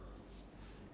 um